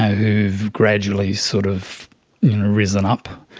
have gradually sort of risen up,